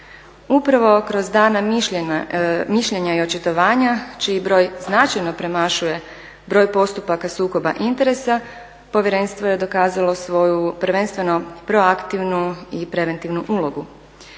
Upravo kroz dana mišljenja i očitovanja čiji broj značajno premašuje broj postupaka sukoba interesa povjerenstvo je dokazalo svoju prvenstveno proaktivnu i preventivnu ulogu.